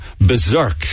berserk